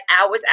hours